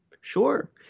Sure